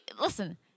listen